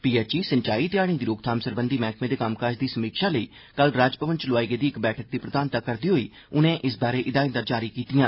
पी H सिंचा ते हाड़ें दी रोकथाम सरबंधी मैहकमें दे कम्मकाज दी समीक्षा ले कल राजभवन च लौआ गेदी इक बैठक दी प्रधानता करदे हो उनें इस बारै हिदायतां जारी कीतियां